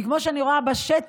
כי כמו שאני רואה בשטח,